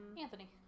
Anthony